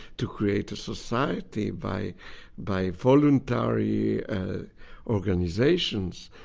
to create a society by by voluntary ah organization. so